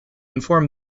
inform